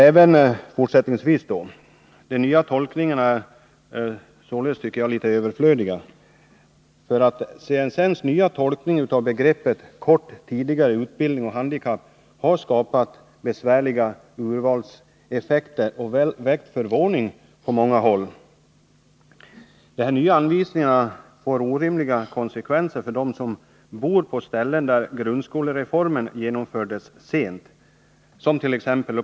De nya tolkningarna är således litet överflödiga. CSN:s nya tolkning av begreppen ”kort tidigare utbildning” och ”handikapp” har nämligen skapat besvärliga urvalseffekter och väckt förvåning på många håll. De nya anvisningarna får orimliga konsekvenser för dem som bor på ställen där grundskolereformen genomfördes sent.